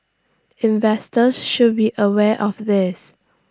investors should be aware of this